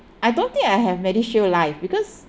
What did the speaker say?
I don't think I have medishield life because